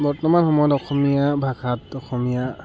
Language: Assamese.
বৰ্তমান সময়ত অসমীয়া ভাষাত অসমীয়া